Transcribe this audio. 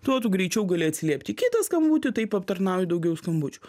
tuo tu greičiau gali atsiliept į kitą skambutį taip aptarnauji daugiau skambučių